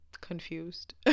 confused